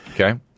Okay